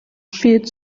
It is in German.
viel